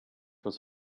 was